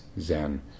Zen